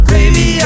Baby